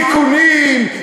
תיקונים,